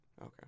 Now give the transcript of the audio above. Okay